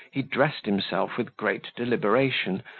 he dressed himself with great deliberation,